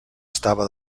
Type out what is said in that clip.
estava